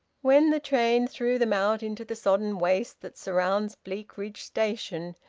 when the train threw them out into the sodden waste that surrounds bleakridge station,